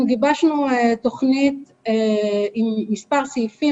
אנחנו גיבשנו תוכנית עם מספר סעיפים